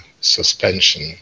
suspension